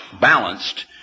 balanced